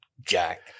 Jack